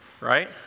right